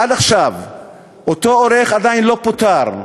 עד עכשיו אותו עורך עדיין לא פוטר.